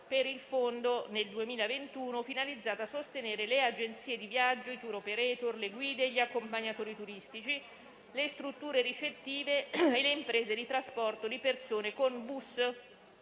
del fondo finalizzato a sostenere le agenzie di viaggio, i *tour operator*, le guide, gli accompagnatori turistici, le strutture ricettive e le imprese di trasporto di persone con bus